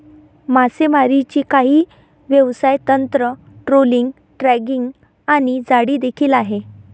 मासेमारीची काही व्यवसाय तंत्र, ट्रोलिंग, ड्रॅगिंग आणि जाळी देखील आहे